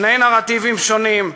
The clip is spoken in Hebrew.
שני נרטיבים שונים,